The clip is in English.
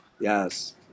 yes